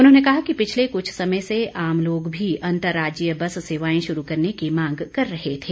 उन्होंने कहा पिछले कुछ समय से आम लोग भी अंतरराज्यीय बस सेवाएं शुरू करने की मांग कर रहे थे